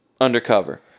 undercover